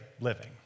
living